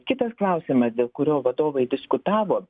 kitas klausimas dėl kurio vadovai diskutavo